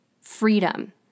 freedom